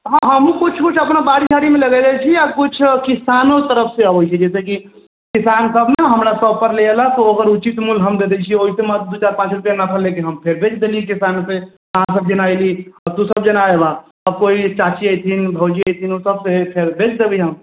हाँ हमहूँ किछु किछु अपना बाड़ी झाड़ीमे लगेने छी आओर किछु किसानो तरफसँ अबै छै जइसेकि किसान सभ ने हमरा शॉपपर लऽ अएलक ओकर उचित मोल हम दे दै छिए ओहिके मद दू चारि पाँच रुपैआ नफा लऽ कऽ हम फेर बेच देली किसानसँ अहाँ सभ जेना एली आ तूसभ जेना एबऽ आब कोइ चाची अइथिन भउजी अइथिन ओ सभके फेर बेच देबै हम